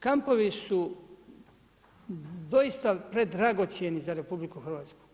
Kampovi su doista predragocjeni za RH.